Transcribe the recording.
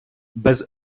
без